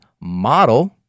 MODEL